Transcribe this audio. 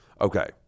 Okay